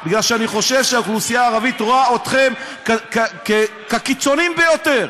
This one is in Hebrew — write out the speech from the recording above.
כי אני חושב שהאוכלוסייה הערבית רואה אתכם כקיצונים ביותר.